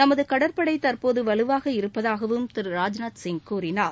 நமது கடற்படை தற்போது வலுவாக இருப்பதாகவும் திரு ராஜ்நாத்சிங் கூறினார்